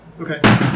Okay